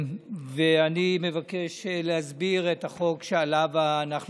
אני מבקש להסביר את החוק שעליו אנחנו מדברים.